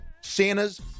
Santa's